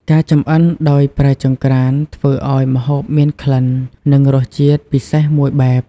ការចម្អិនដោយប្រើចង្រ្កានដីធ្វើឱ្យម្ហូបមានក្លិន និងរសជាតិពិសេសមួយបែប។